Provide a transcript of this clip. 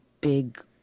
big